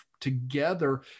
together